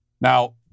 Now